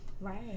Right